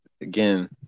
again